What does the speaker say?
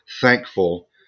thankful